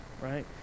right